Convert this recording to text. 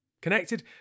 Connected